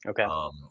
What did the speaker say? Okay